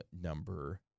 number